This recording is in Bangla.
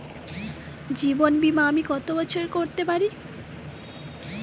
জীবন বীমা আমি কতো বছরের করতে পারি?